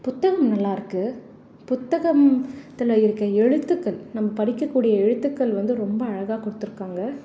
புத்தகம் நல்லாயிருக்கு புத்தகம் தில் இருக்கற எழுத்துகள் நம்ம படிக்கக்கூடிய எழுத்துகள் வந்து ரொம்ப அழகாக கொடுத்துருக்காங்க